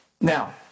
now